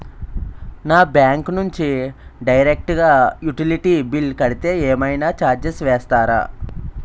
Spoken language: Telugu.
నా బ్యాంక్ నుంచి డైరెక్ట్ గా యుటిలిటీ బిల్ కడితే ఏమైనా చార్జెస్ వేస్తారా?